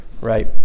right